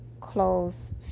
close